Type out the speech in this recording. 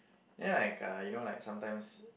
then like uh you know like sometimes